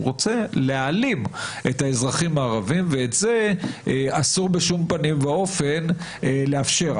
הוא רוצה להעלים את האזרחים הערביים ואת זה אסור בשום פנים ואופן לאפשר.